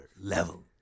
level